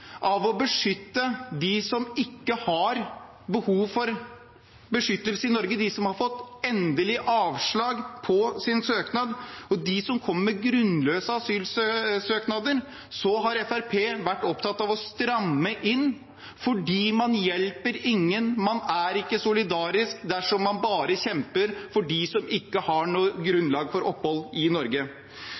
av å beskytte dem som ikke har behov for beskyttelse i Norge, dem som har fått endelig avslag på sin søknad, og dem som kommer med grunnløse asylsøknader, har Fremskrittspartiet vært opptatt av å stramme inn. For man hjelper ingen, man er ikke solidarisk, dersom man bare kjemper for dem som ikke har noe grunnlag for opphold i Norge.